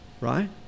Right